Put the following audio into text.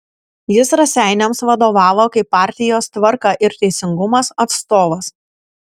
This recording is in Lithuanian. jis raseiniams vadovavo kaip partijos tvarka ir teisingumas atstovas